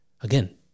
Again